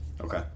Okay